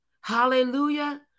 Hallelujah